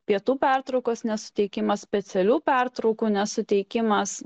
pietų pertraukos nesuteikimas specialių pertraukų nesuteikimas